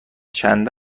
چند